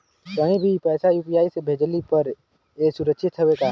कहि भी पैसा यू.पी.आई से भेजली पर ए सुरक्षित हवे का?